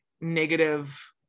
negative